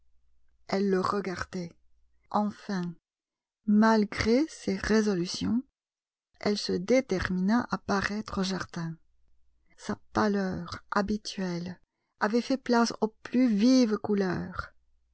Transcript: elle le regardait enfin malgré ses résolutions elle se détermina à paraître au jardin sa pâleur habituelle avait fait place aux plus vives couleurs